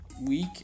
week